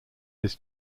his